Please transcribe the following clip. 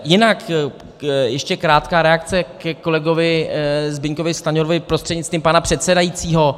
Jinak ještě krátká reakce ke kolegovi Zbyňkovi Stanjurovi prostřednictvím pana předsedajícího.